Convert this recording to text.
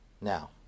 Now